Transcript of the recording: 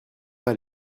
pas